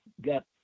got